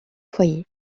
foyer